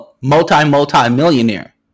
multi-multi-millionaire